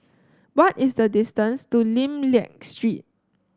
what is the distance to Lim Liak Street